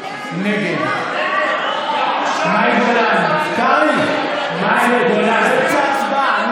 נגד אתה בושה, שלמה קרעי, אנחנו באמצע הצבעה.